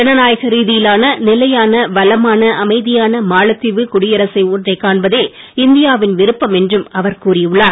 ஜனநாயக ரீதயிலான நிலையான வளமான அமைதியான மாலத்தீவு குடியரசு ஒன்றைக் காண்பதே இந்தியாவின் விருப்பம் என்றும் அவர் கூறி உள்ளார்